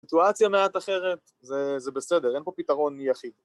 ‫סיטואציה מעט אחרת. ‫-זה זה בסדר, אין פה פתרון יחיד.